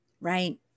Right